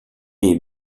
est